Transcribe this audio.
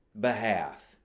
behalf